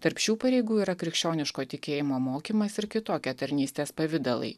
tarp šių pareigų yra krikščioniško tikėjimo mokymas ir kitokie tarnystės pavidalai